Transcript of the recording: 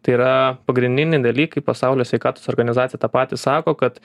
tai yra pagrindiniai dalykai pasaulio sveikatos organizacija tą patį sako kad